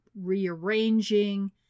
rearranging